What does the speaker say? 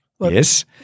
Yes